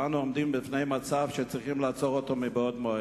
ואנו עומדים בפני מצב שצריכים לעצור אותו מבעוד מועד.